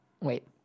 wait